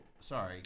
Sorry